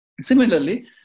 Similarly